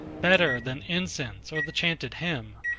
better than incense or the chanted hymn,